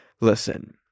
listen